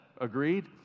Agreed